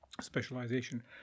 specialization